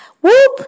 Whoop